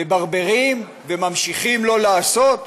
מברברים וממשיכים לא לעשות?